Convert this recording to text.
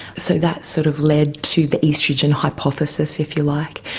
so that sort of led to the oestrogen hypothesis, if you like,